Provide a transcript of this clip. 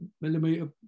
millimeter